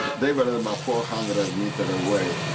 they were and about four hundred meter away.